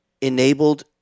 enabled